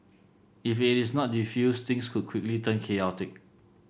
if it is not defused things could quickly turn chaotic